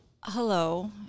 Hello